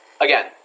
again